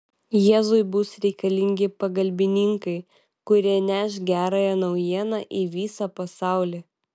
jėzui bus reikalingi pagalbininkai kurie neš gerąją naujieną į visą pasaulį